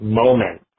moment